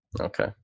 Okay